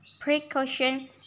precaution